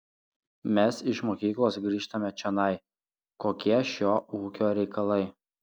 mes iš mokyklos grįžtame čionai kokie šio ūkio reikalai